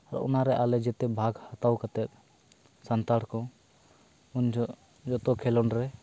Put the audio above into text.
ᱚᱱᱟ ᱨᱮ ᱟᱞᱮ ᱡᱮᱛᱮ ᱵᱷᱟᱜᱽ ᱦᱟᱛᱟᱣ ᱠᱟᱛᱮ ᱥᱟᱱᱛᱟᱲ ᱠᱚ ᱩᱱ ᱡᱚᱦᱚᱸᱜ ᱡᱚᱛᱚ ᱠᱷᱮᱹᱞᱳᱰ ᱨᱮ